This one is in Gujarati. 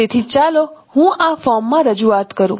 તેથી ચાલો હું આ ફોર્મમાં રજૂઆત કરું